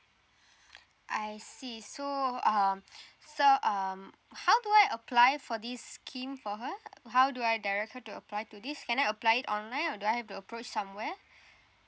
I see so um so um how do I apply for this scheme for her how do I direct her to apply to this can I apply it online or do I have to approach somewhere